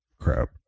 crap